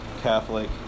Catholic